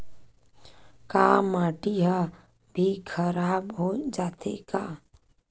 का माटी ह भी खराब हो जाथे का?